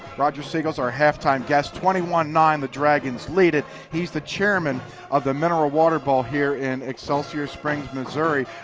roger siegel, our half time guest. twenty one nine the dragons lead it. he's the chairman of the mineral water bowl here in excelsior springs, missouri.